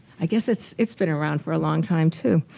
i guess it's it's been around for a long time, too.